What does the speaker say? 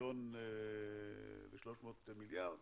טריליון ו-300 מיליארד,